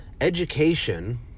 Education